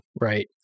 Right